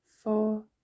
four